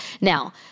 Now